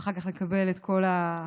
ואחר כך לקבל את כל הסרטונים,